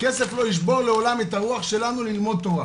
כסף לא ישבור לעולם את הרוח שלנו ללמוד תורה.